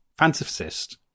fantasist